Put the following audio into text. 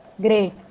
great